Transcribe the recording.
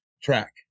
track